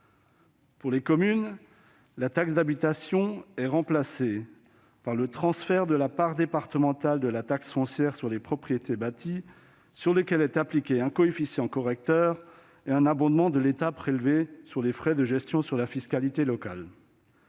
Pour les communes, la taxe d'habitation est remplacée par le transfert de la part départementale de la taxe foncière sur les propriétés bâties sur lequel s'appliquent un coefficient correcteur et un abondement de l'État prélevé sur les frais de gestion sur la fiscalité locale.